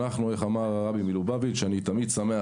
איך אמר הרבי מלובאביץ': אני תמיד שמח,